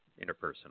interpersonal